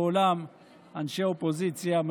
אנשי האופוזיציה,